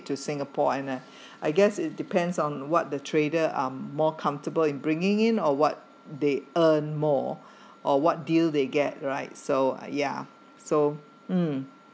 to singapore and uh I guess it depends on what the trader are more comfortable in bringing in or what they earn more or what deal they get right so yeah so mm